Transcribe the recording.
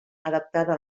adaptada